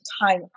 time